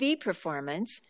performance